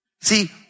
See